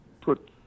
put